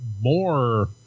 more